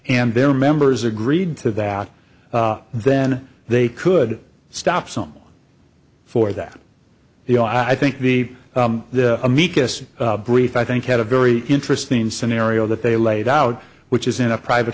and their members agreed to that then they could stop some for that you know i think the amicus brief i think had a very interesting scenario that they laid out which is in a private